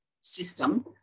system